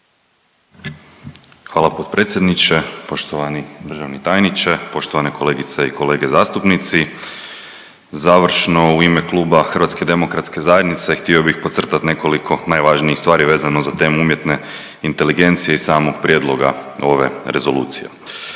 Hvala potpredsjedniče. Poštovani državni tajniče, poštovane kolegice i kolege zastupnici. Završno u ime Kluba HDZ-a htio bih podcrtat nekoliko najvažnijih stvari vezano za temu umjetne inteligencije i samog prijedloga ove rezolucije.